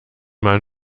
man